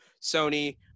Sony